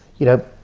you know,